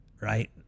right